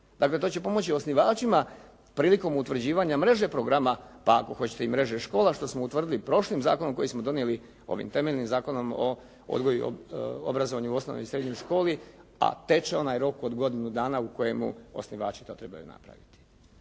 Dakle, to će pomoći osnivačima prilikom utvrđivanja mreže programa pa ako hoćete i mreže škola, što smo utvrdili prošlim zakonom koji smo donijeli ovim temeljnim Zakonom o obrazovanju u osnovnoj i srednjoj školi, a teče onaj rok od godinu dana u kojemu osnivači to trebaju napraviti.